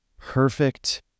perfect